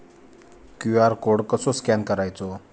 QR code कसो scan करायचो?